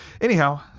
Anyhow